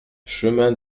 chemin